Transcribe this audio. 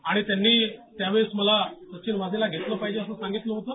आणि त्यांनी त्यावेळेस मला सचिन वाझेला घेतलं पाहिजे असं सांगितलं होतं